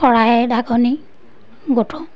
শৰাই ঢাকনি গুঠোঁ